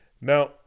Now